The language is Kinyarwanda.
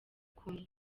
kumwe